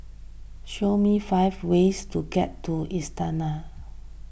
show me five ways to get to Astana